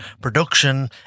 production